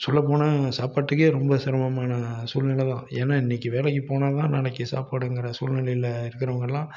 சொல்லப்போனால் சாப்பாட்டுக்கு ரொம்ப சிரமமான சூழ்நிலை தான் ஏன்னா இன்றைக்கி வேலைக்கு போனால் தான் நாளைக்கு சாப்பாடுங்கிற சூழ்நிலையில் இருக்கிறவங்கலாம்